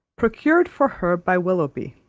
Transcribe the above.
procured for her by willoughby,